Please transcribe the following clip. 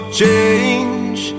change